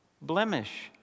blemish